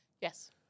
Yes